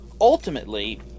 Ultimately